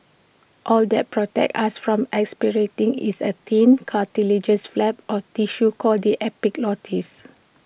all that protects us from aspirating is A thin cartilaginous flap or tissue called the epiglottis